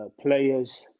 players